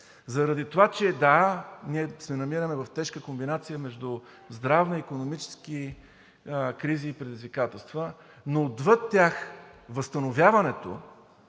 заради това, че ние се намираме в тежка комбинация между здравна и икономическа криза и предизвикателства, но отвъд тях, възстановяването